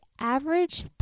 average